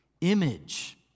image